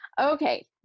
Okay